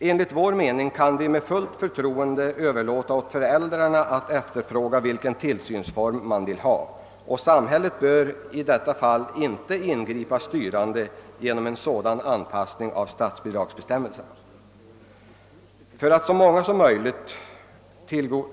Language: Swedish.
Enligt vår mening kan det med fullt förtroende överlåtas åt föräldrarna att efterfråga den tillsynsform de vill ha, och samhället bör i detta fall inte ingripa styrande genom en anpassning av statsbidragsbestämmelserna.